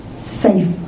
safe